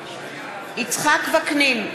יצחק וקנין,